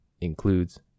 Includes